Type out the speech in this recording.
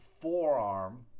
forearm